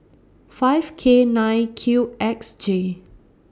five K nine Q X J